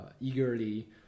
eagerly